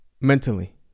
mentally